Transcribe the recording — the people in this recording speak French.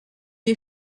est